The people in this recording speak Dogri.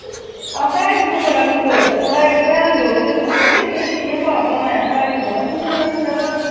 हां पढ़ाई उपर बड़ा कमजोर ऐ पढ़ाई घ्यान देओ ओहदे उप्पर पैपरे च कियां पास होना ऐ पढ़ाई च बड़ा कमजोंर ऐ बच्चा थुआढ़ा